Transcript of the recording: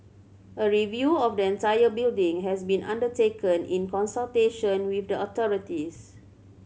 a review of the entire building has been undertaken in consultation with the authorities